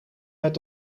met